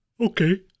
Okay